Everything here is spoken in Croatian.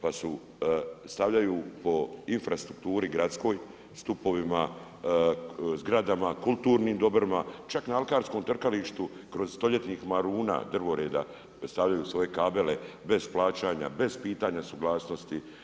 Pa stavljaju po infrastrukturi gradskoj, stupovima, zgradama, kulturnim dobrima, čak na alkarskom trkalištu, kroz stoljetnih maruna, drvoreda, stavljaju svoje kabele, bez plaćanja, bez pitanja suglasnosti.